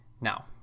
Now